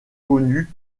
connue